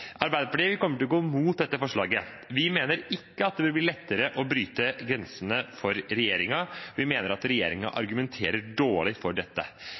gå mot dette forslaget. Vi mener at det ikke bør bli lettere å bryte grensene for regjeringen. Vi mener at regjeringen argumenterer dårlig for dette.